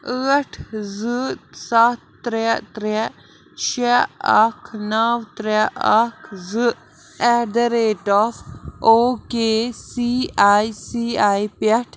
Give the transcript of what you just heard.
ٲٹھ زٕ ستھ ترٛےٚ ترٛےٚ شےٚ اکھ نو ترٛےٚ اکھ زٕ at the rate of O K C I C I پٮ۪ٹھ